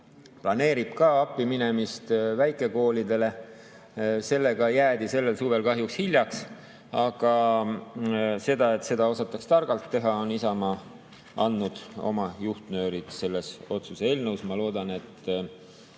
planeerib appi minemist väikekoolidele, siis sellega jäädi sellel suvel kahjuks hiljaks. Aga et seda osataks targalt teha, selleks on Isamaa andnud oma juhtnöörid selles otsuse eelnõus. Ma loodan, et